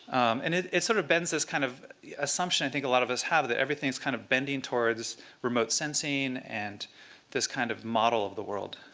and it sort of bends this kind of assumption i think a lot of us have that everything is kind of bending towards remote sensing and this kind of model of the world.